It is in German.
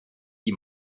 die